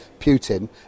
putin